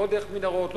לא דרך מנהרות,